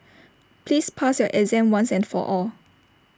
please pass your exam once and for all